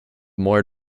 more